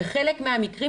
בחלק מהמקרים,